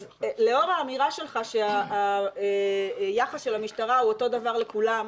אז לאור האמירה שלך שהיחס של המשטרה הוא אותו דבר לכולם,